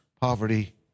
poverty